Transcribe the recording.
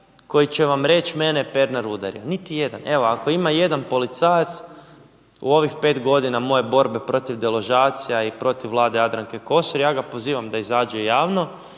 koji će vam reći mene je Pernar udario, niti jedan. Evo ako ima jedan policajac u ovih pet godina moje borbe protiv deložacija i protiv Vlade Jadranke Kosor ja ga pozivam da izađe javno